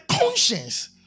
conscience